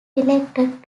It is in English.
elected